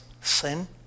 sin